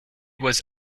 was